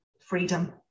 freedom